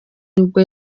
nibwo